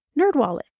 NerdWallet